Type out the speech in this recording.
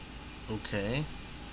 okay